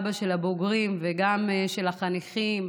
האבא של הבוגרים וגם של החניכים,